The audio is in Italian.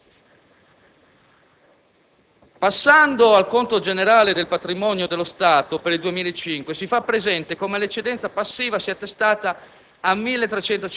Passando al conto generale del patrimonio dello Stato per il 2005, si fa presente come l'eccedenza passiva si è attestata